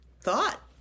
thought